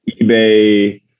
eBay